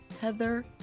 Heather